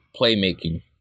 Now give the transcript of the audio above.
playmaking